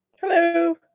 Hello